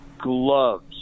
gloves